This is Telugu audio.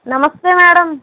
నమస్తే మేడమ్